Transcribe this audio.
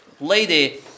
lady